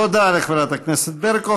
תודה לחברת הכנסת ברקו.